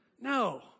No